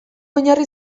oinarri